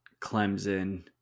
Clemson